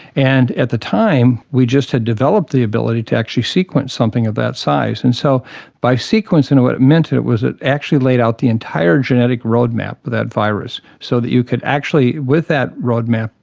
and at the time we just had developed the ability to actually sequence something of that size. and so by sequencing it what it meant was it actually laid out the entire genetic roadmap of that virus so that you could actually, with that roadmap,